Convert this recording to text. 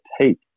take